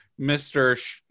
Mr